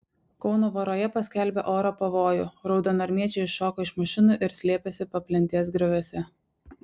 kauno voroje paskelbė oro pavojų raudonarmiečiai iššoko iš mašinų ir slėpėsi paplentės grioviuose